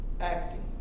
acting